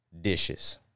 dishes